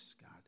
God